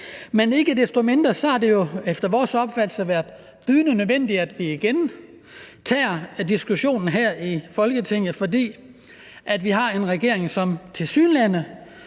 osv. Ikke desto mindre har det jo efter vores opfattelse været bydende nødvendigt, at vi igen tager diskussionen her i Folketinget, fordi vi har en regering, som tilsyneladende